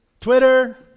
twitter